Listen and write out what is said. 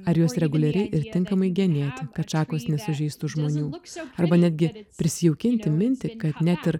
ar juos reguliariai ir tinkamai genėti kad šakos nesužeistų žmonių arba netgi prisijaukinti mintį kad net ir